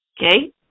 Okay